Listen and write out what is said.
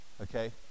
Okay